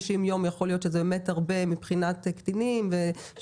90 יום יכול להיות שזה באמת הרבה מבחינת קטינים שישכחו,